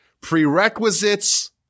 prerequisites